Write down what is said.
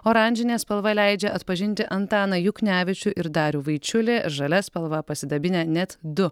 oranžinė spalva leidžia atpažinti antaną juknevičių ir darių vaičiulį žalia spalva pasidabinę net du